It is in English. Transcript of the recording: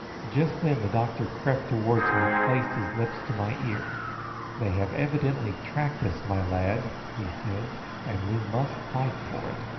just then the doctor crept towards me and placed his lips to my ear they have evidently tracked us, my lad, he said and we must fight for it.